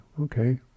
okay